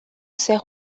zer